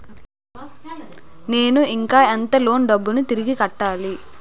నేను ఇంకా ఎంత లోన్ డబ్బును తిరిగి కట్టాలి?